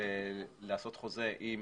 יכולים לעשות חוזה עם